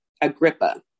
Agrippa